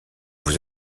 vous